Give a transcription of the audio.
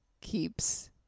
keeps